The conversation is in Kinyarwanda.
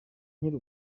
nkiri